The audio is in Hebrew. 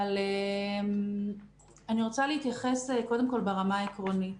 אני רוצה להתייחס קודם כול ברמה העקרונית.